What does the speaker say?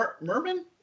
Merman